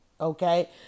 okay